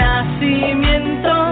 Nacimiento